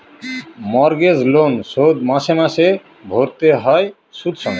mortgage loan শোধ মাসে মাসে ভারতে হয় সুদ সমেত